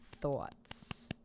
thoughts